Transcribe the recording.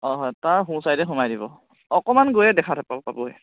অঁ হয় তাৰ সোঁ চাইডে সোমাই দিব অকণমান গৈয়ে দেখা পাবই